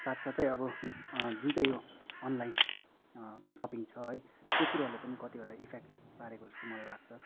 साथसाथै अब जुन चाहिँ यो अनलाइन सपिङ छ है त्यो कुरोहरूले पनि कतिवटा इफेक्ट पारेको जस्तो मलाई लाग्छ